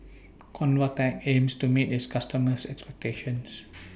Convatec aims to meet its customers' expectations